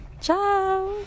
Ciao